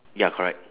ya correct